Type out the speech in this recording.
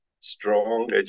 strong